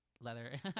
leather